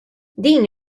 din